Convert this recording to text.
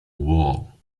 wall